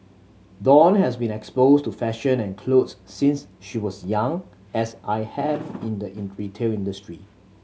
dawn has been exposed to fashion and clothes since she was young as I in the retail industry